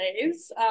ways